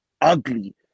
ugly